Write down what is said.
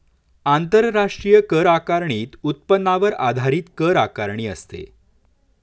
आंतरराष्ट्रीय कर आकारणीत उत्पन्नावर आधारित कर आकारणी असते